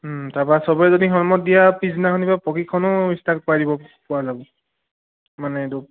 তাৰপৰা সবে যদি সন্মত দিয়ে আৰু পিছদিনাখনৰ পৰা প্ৰশিক্ষণো ষ্টাৰ্ট কৰাই দিব পৰা যাব মানে এইটো